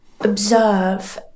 observe